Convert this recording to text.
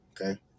Okay